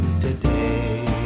today